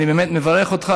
בן אל-ח'טאב.